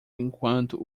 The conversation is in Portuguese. enquanto